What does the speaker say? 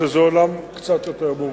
שזה עולם קצת יותר מורכב.